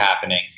happening